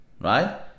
right